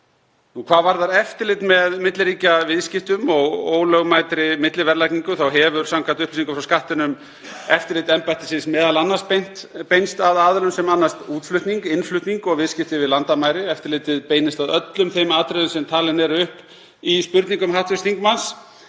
Hvað varðar eftirlit með milliríkjaviðskiptum og ólögmætri milliverðlagningu hefur samkvæmt upplýsingum frá Skattinum eftirlit embættisins m.a. beinst að aðilum sem annast útflutning, innflutning og viðskipti yfir landamæri. Eftirlitið beinist að öllum þeim atriðum sem talin eru upp í spurningum hv. þingmanns,